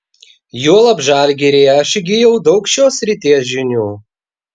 juolab žalgiryje aš įgijau daug šios srities žinių